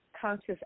Conscious